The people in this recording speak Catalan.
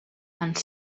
ens